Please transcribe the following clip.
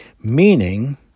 meaning